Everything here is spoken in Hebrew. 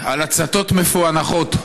על הצתות מפוענחות,